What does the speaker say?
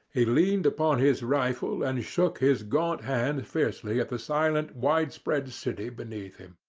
he leaned upon his rifle and shook his gaunt hand fiercely at the silent widespread city beneath him.